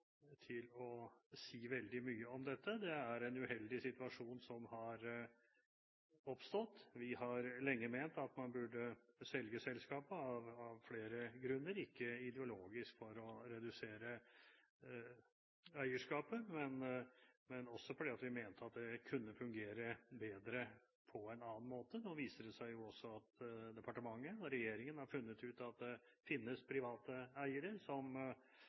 til å si veldig mye om dette. Det er en uheldig situasjon som har oppstått. Vi har lenge ment at man burde selge selskapet – dette av flere grunner, ikke ideologisk for å redusere eierskapet, men fordi vi mente at det kunne fungere bedre på en annen måte. Nå viser det seg også at departementet og regjeringen har funnet ut at det finnes private eiere som